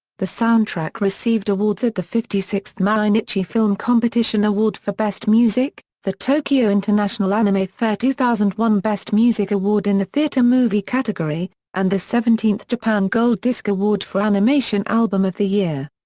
the soundtrack received awards at the fifty sixth mainichi film competition award for best music, the tokyo international anime fair two thousand and one best music award in the theater movie category, and the seventeenth japan gold disk award for animation album of the year.